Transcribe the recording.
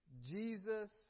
Jesus